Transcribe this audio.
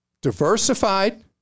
Diversified